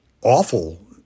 awful